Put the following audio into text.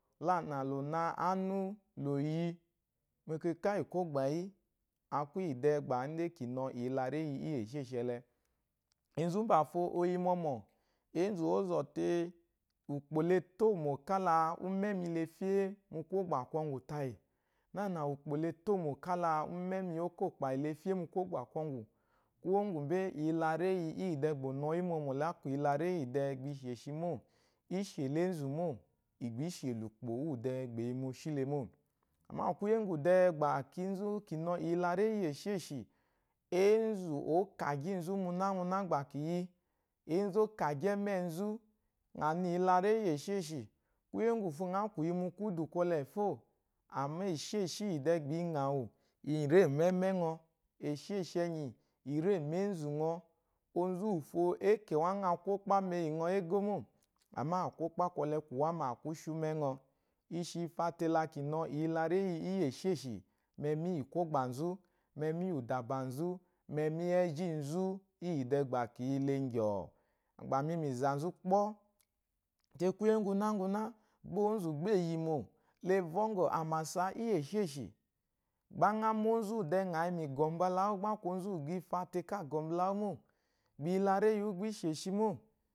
Nânà la ɔ̀ na ánú, la ò yi mu ɛkɛkà íyì kwɔ́gbà yí a kwu yì dɛɛ gbà ń dé kì nɔ ìyelaréyi íyì èshêshì ɛle, enzu úmbàfo o yi mɔmɔ èénzù òó zɔ̀ tee. Ùkpò la e tômò. kála úmɛ́ mi la é fyé mu kwɔ́gbà kwɔŋgwù tayì, nânà ùkpò la e tômò kála úmɛ́ mi ókôkpàyì la e fyé mu kwɔ́gbà kwɔŋgwù. Kwuwó ŋgwùmbé, iyilaréyi íyí dɛɛ gbà ò yi mu ìwo yí mɔmɔ̀ le á kwu ìyilaréyi íyì dɛɛ gbà i shòshí mô. Í shè la énzù mô, ì gbà í shè la ùkpò úwù dɛɛ gba è yi mu oshí le mô. Mgbaa kwuyè úŋgwù dɛɛ gbà kínzú kì nɔ íyilaréyi íyì èshêshì, eénzù ɔ̀ɔ́ kàgyí nzú munámuná gbà kì yi, èénzù ɔ́ kàgyí ɛ́mɛ́ɛ nzù. Ŋa yi mu ìyilaréyi íyì èshêshì, kwúyè úŋgwùfo ŋa kwù yi mu kwúdù kwɔlɛɛ̀ fô, àmá èshêshì íyì dɛɛ gbà i ŋɔ̀ àwù ì rê mu ɛ́mɛ́ ŋɔ, èshêshì ɛnyì, ì rê mbênzù ŋɔ. Onzu úwùfo é kè wá ŋa kwɔ́kpá mu eyì ŋɔ égó mô, àmâ kwɔ́kpá kwɔlɛ kwù wámà kwú shi úmɛ́ ŋɔ. i shi, i fa tee la kì ŋɔ ìyilaréyi íyì èshêshi mu ɛmi íyì kwɔ́gbà nzú, mu ɛmi íyì ùdàbà nzú, mu ɛmi íyì ɛ́zhíi nzú íyì dɛɛ gbà kì yi le ŋgyɔ̀ɔ̀. Gbà mi mu ìzà nzú kpɔ́, tee, kwúyé ŋgwunáŋgwuná gbá ónzù gbá e yìmò la e vɔ́ŋgɔ̀ àmàsa íyì èshêshì. Gbá ŋá má ónzù úwù dɛɛ ŋà yi mu ìgɔ̀ mbala wú gbá á kwu onzu úwù dɛɛ ŋɔ yi mu ìgɔ̀ mbala wú gbá á kwu onzu úwù dɛɛ gba i fa tee káa gɔ̀ mbala wú mô, gbà iyilaréyi wú gbá í shòsgi mô